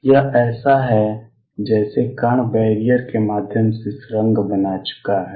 यह ऐसा है जैसे कण बैरियर के माध्यम से सुरंग बना चुका है